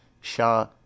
shah